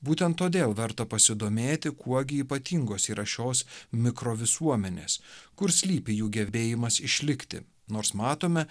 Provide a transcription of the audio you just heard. būtent todėl verta pasidomėti kuo gi ypatingos yra šios mikro visuomenės kur slypi jų gebėjimas išlikti nors matome